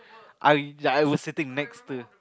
I I was sitting next to